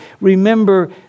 remember